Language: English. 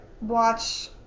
watch